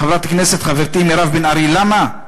חברת הכנסת חברתי מירב בן ארי, למה?